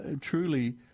truly